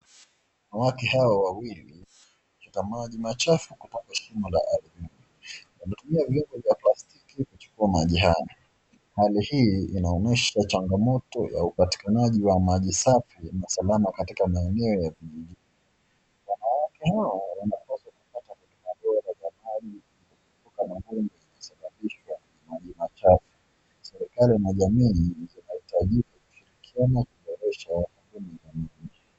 Wanawake hawa wawili wanachota maji machafu kutoka shimo la ardhini. Wanatumia vyombo vya plastiki kuchukua maji hayo. Hali hii inaonyesha changamoto ya upatikanaji wa maji safi na salama katika maeneo ya vijijini. Wanawake hao wanapaswa kupata huduma bora za maji ili kuepuka magonjwa yanayosababishwa na maji machafu. Serikali na jamii zinahitajika kushirikiana kuboresha huduma za maji.